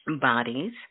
bodies